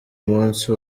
munsi